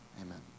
Amen